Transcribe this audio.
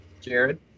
Jared